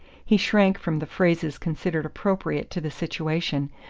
he shrank from the phrases considered appropriate to the situation,